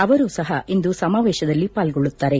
ಅವರೂ ಸಹ ಇಂದು ಸಮಾವೇಶದಲ್ಲಿ ಪಾಲ್ಗೊಳ್ಳುತ್ತಾರೆ